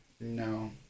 No